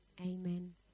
Amen